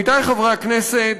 עמיתי חברי הכנסת,